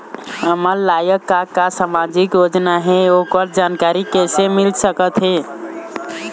हमर लायक का का सामाजिक योजना हे, ओकर जानकारी कइसे मील सकत हे?